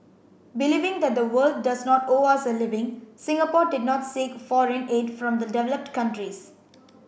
believing that the world does not owe us a living Singapore did not seek foreign aid from the developed countries